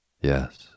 Yes